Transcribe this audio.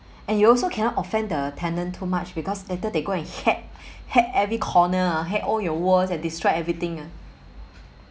and you also cannot offend the tenant too much because later they go and hack hack every corner ah hack all your walls and destroyed everything ah